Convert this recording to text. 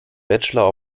bachelor